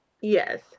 Yes